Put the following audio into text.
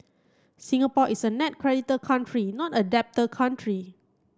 Singapore is a net creditor country not a debtor country